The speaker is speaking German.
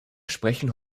sprechen